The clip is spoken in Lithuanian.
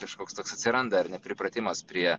kažkoks toks atsiranda ar ne pripratimas prie